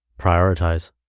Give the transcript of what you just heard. Prioritize